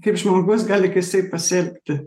kaip žmogus gali keistai pasielgti